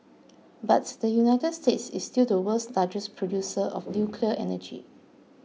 but the United States is still the world's largest producer of nuclear energy